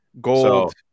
Gold